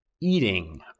eating